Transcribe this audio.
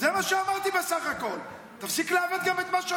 שמת לב איך אתה